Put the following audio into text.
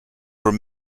were